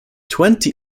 twenty